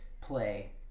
play